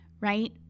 right